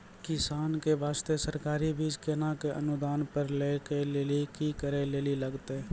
किसान के बास्ते सरकारी बीज केना कऽ अनुदान पर लै के लिए की करै लेली लागतै?